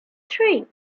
three